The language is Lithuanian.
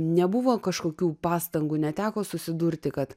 nebuvo kažkokių pastangų neteko susidurti kad